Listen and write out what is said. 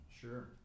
Sure